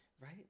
right